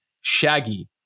Shaggy